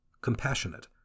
compassionate